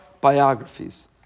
biographies